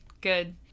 Good